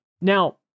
Now